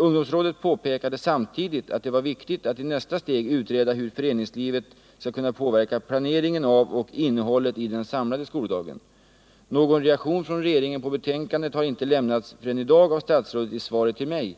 Ungdomsrådet påpekade samtidigt att det var viktigt att i nästa steg utreda hur föreningslivet skall kunna påverka planeringen av och innehållet i den samlade skoldagen. Någon reaktion från regeringen på betänkandet har inte förekommit förrän i dag av statsrådet i svaret till mig.